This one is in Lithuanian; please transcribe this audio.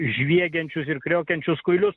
žviegiančius ir kriokiančius kuilius